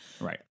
right